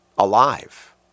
alive